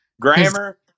grammar